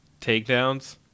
takedowns